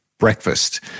breakfast